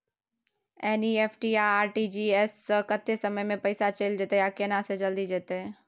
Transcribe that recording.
NEFT आ RTGS स कत्ते समय म पैसा चैल जेतै आ केना से जल्दी जेतै?